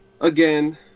again